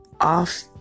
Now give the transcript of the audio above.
off